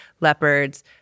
leopards